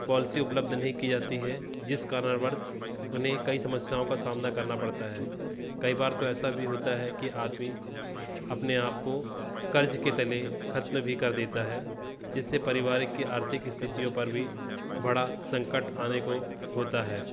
policy उपलब्ध नहीं की जाती है जिस कारणवश उन्हें कई समस्याओं का सामना करना पड़ता है कई बार तो ऐसा भी होता है कि आदमी अपने आप को कर्ज़ के तले ख़त्म भी कर देता है जिससे परिवार की आर्थिक स्थितियों पर भी बड़ा संकट आने को होता है